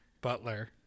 butler